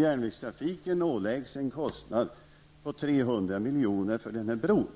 Järnvägstrafiken åläggs en kostnad på 300 miljoner för bron,